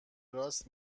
راست